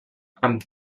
amb